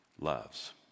loves